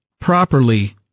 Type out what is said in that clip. properly